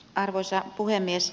arvoisa puhemies